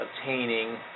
obtaining